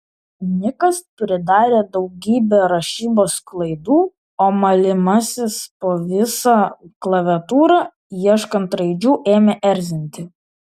nikas pridarė daugybę rašybos klaidų o malimasis po visą klaviatūrą ieškant raidžių ėmė erzinti